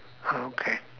okay